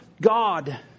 God